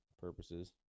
purposes